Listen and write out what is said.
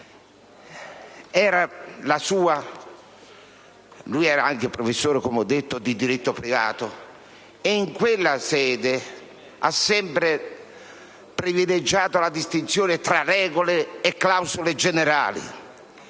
era anche professore di diritto privato, e in quella veste ha sempre privilegiato la distinzione tra regole e clausole generali,